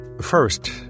First